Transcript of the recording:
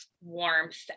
warmth